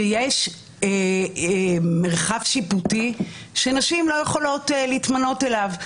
שיש מרחב שיפוטי שנשים לא יכולות להתמנות אליו.